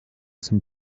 zum